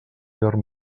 dorm